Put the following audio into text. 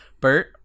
Bert